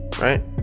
right